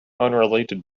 unrelated